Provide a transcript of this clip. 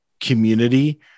community